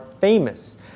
famous